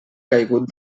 caigut